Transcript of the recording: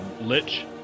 Lich